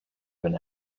been